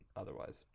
otherwise